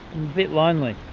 bit lonely.